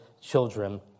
children